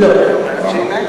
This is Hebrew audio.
אני לא שומעת אותך.